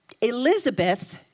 Elizabeth